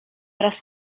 wraz